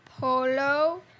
Polo